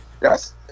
yes